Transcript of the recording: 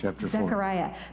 Zechariah